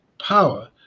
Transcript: power